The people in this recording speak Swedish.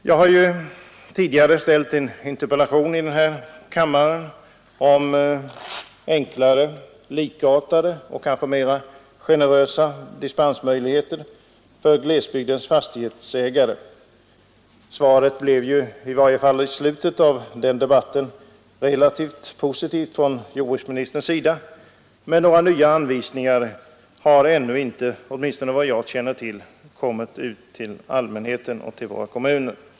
Jag har tidigare ställt en interpellation till jordbruksministern om enklare, likartade och mera generösa möjligheter för glesbygdens fastighetsägare att erhålla dispens. Svaret blev, i varje fall i slutet av den debatten, relativt positivt från jordbruksministerns sida, men några nya anvisningar har åtminstone enligt vad jag vet ännu inte kommit ut till våra kommuner och till allmänhetens kännedom.